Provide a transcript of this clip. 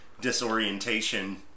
disorientation